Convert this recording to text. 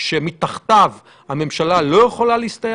אם בחצי השנה הקרובה המצב לא משתנה,